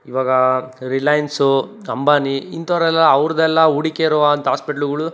ಇವಾಗ ರಿಲೈನ್ಸು ಅಂಬಾನಿ ಇಂಥವ್ರೆಲ್ಲಾ ಅವ್ರದ್ದೆಲ್ಲಾ ಹೂಡಿಕೆ ಇರುವಂಥ ಹಾಸ್ಪೆಟ್ಲುಗಳು